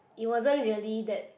it wasn't really that